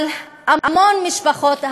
אבל המון משפחות,